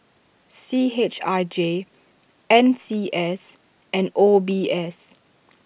C H I J N C S and O B S